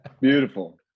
Beautiful